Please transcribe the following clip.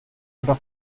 oder